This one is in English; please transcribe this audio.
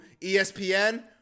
ESPN